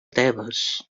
tebes